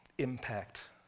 impact